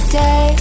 day